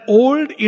old